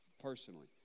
personally